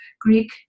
greek